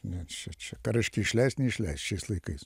net čia čia ką reiškia išleist neišleist šiais laikais